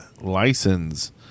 license